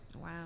Wow